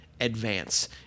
advance